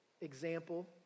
example